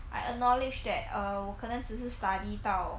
I acknowledged that err 我可能只是 study 到